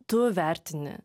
tu vertini